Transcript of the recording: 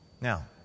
Now